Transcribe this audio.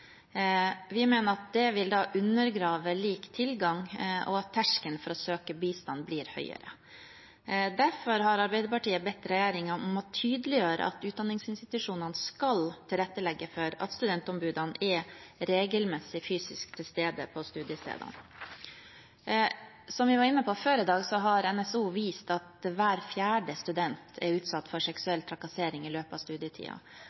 Vi mener at det vil undergrave lik tilgang og at terskelen for å søke bistand blir høyere. Derfor har Arbeiderpartiet bedt regjeringen om å tydeliggjøre at utdanningsinstitusjonene skal tilrettelegge for at studentombudet regelmessig er fysisk til stede ved studiestedene. Som vi var inne på før i dag, har NSO vist at hver fjerde student er utsatt for seksuell trakassering i løpet av